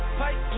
fight